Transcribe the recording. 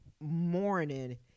morning